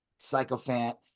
psychophant